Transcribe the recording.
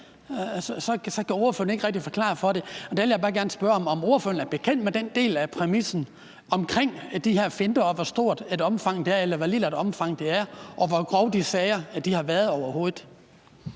så kan ordføreren ikke rigtig forklare det. Der vil jeg bare gerne lige spørge, om ordføreren er bekendt med den del af præmissen omkring de her finter og med, hvor stort et omfang det er, eller hvor lille et omfang det er, og hvor grove de sager overhovedet